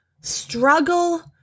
struggle